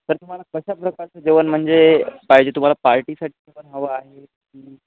sir तुम्हाला कशा प्रकारचं जेवण म्हणजे पाहिजे तुम्हाला पार्टीसाठी पण हवं आहे की